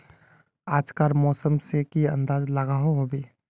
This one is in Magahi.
आज कार मौसम से की अंदाज लागोहो होबे?